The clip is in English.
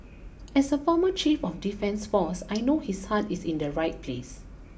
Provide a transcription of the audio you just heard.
as a former chief of defence force I know his heart is in the right place